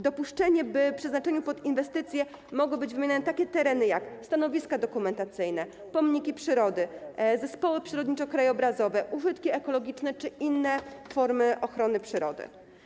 Dopuszczenie, by z przeznaczeniem pod inwestycję mogły być wymieniane takie tereny, jak: stanowiska dokumentacyjne, pomniki przyrody, zespoły przyrodniczo-krajobrazowe, użytki ekologiczne czy inne formy ochrony przyrody.